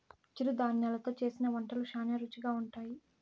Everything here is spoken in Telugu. చిరుధాన్యలు తో చేసిన వంటలు శ్యానా రుచిగా ఉంటాయి